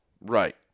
Right